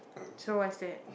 so what's that